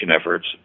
efforts